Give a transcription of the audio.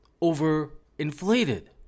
over-inflated